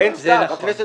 לכל הדוברות.